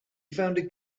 founded